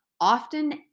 often